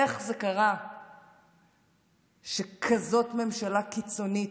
איך זה קרה שכזאת ממשלה קיצונית,